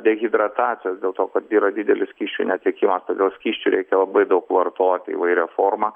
dehidratacijos dėl to kad yra didelis skysčių netekimas todėl skysčių reikia labai daug vartoti įvairia forma